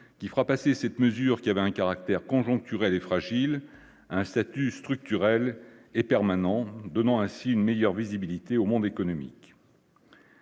qui fera passer cette mesure, qui avait un caractère conjoncturel et fragile, un statut structurelle et permanente, donnant ainsi une meilleure visibilité au monde économique.